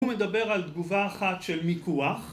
הוא מדבר על תגובה אחת של מיקוח